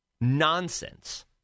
nonsense